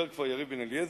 דיבר כבר יריב לוין,